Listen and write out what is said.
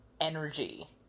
energy